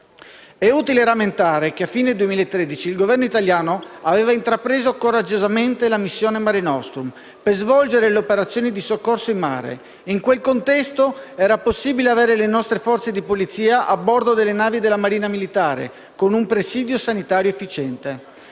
È utile rammentare che a fine 2013 il Governo italiano aveva intrapreso coraggiosamente la missione Mare nostrum per svolgere le operazioni di soccorso in mare. In quel contesto era possibile avere le nostre forze di polizia a bordo delle navi della Marina militare, con un presidio sanitario efficiente.